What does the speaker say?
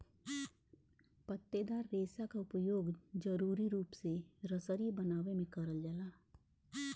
पत्तेदार रेसा क उपयोग जरुरी रूप से रसरी बनावे में करल जाला